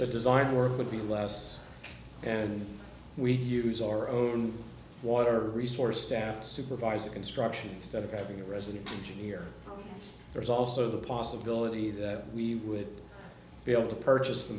the design work would be less and we'd use our own water resource staff to supervise the construction instead of having a residence here there's also the possibility that we would be able to purchase the